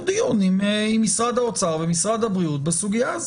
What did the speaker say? דיון עם משרד האוצר ומשרד הבריאות בסוגייה הזאת.